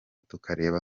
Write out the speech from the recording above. tukareba